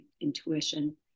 intuition